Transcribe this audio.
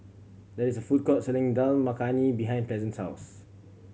there is a food court selling Dal Makhani behind Pleasant's house